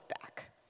back